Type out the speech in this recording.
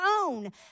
own